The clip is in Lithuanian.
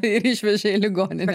ir išvežė į ligoninę